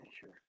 sure